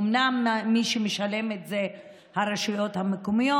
אומנם מי שמשלם את זה זה הרשויות המקומיות.